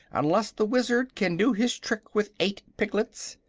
unless the wizard can do his trick with eight piglets.